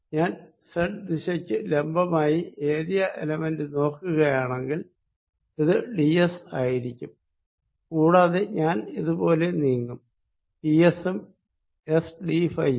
ഞാൻ സെഡ് ദിശക്ക് ലംബമായി ഏരിയ എലമെന്റ് നോക്കുകയാണെങ്കിൽ ഇത് ഡി എസ് ആയിരിക്കും കൂടാതെ ഞാൻ ഇത് പോലെ നീങ്ങും ഡിഎസ് ഉം എസ് ഡിഫൈ യും